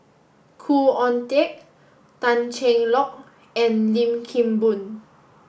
Khoo Oon Teik Tan Cheng Lock and Lim Kim Boon